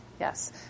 Yes